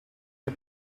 che